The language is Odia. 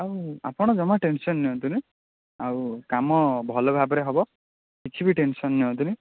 ଆପଣ ଜମା ଟେନସନ୍ ନିଅନ୍ତୁନି ଆଉ କାମ ଭଲ ଭାବରେ ହେବ କିଛି ବି ଟେନସନ୍ ନିଅନ୍ତୁନି